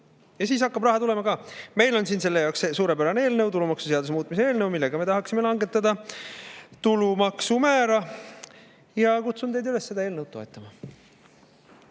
Siis hakkab raha tulema ka. Meil on selle jaoks suurepärane eelnõu, tulumaksuseaduse muutmise eelnõu, millega me tahaksime langetada tulumaksumäära. Ja kutsun teid üles seda eelnõu toetama.